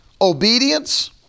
obedience